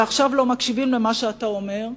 ועכשיו לא מקשיבים למה שאתה אומר,